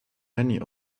many